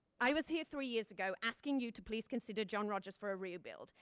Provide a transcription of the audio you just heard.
i was here three years ago asking you to please consider john rogers for a rebuild.